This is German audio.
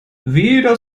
weder